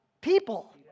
people